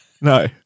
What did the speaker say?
no